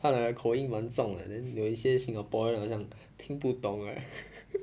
他的口音蛮重的 then 有一些 singaporean 好像听不懂 right